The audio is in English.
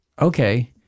Okay